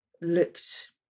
looked